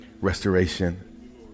restoration